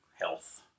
health